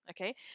Okay